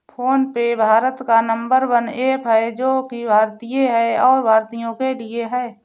phone पे भारत का number one app है जो की भारतीय है और भारतीयों के लिए है